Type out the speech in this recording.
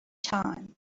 time